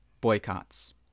Boycotts